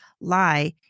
lie